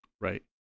Right